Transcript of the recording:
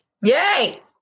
Yay